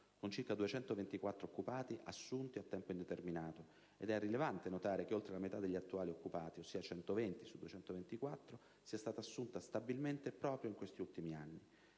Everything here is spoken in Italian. con circa 224 occupati assunti a tempo indeterminato ed è rilevante notare che oltre la metà degli attuali occupati, ossia 120 su 224, sia stata assunta stabilmente proprio in questi ultimi anni.